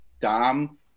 Dom